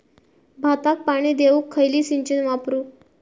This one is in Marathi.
भाताक पाणी देऊक खयली सिंचन वापरू?